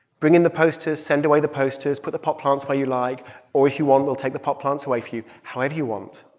bring in the posters, send away the posters, put the pot plants where you like or if you want, we'll take the pot plants away you, however you want.